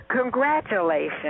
congratulations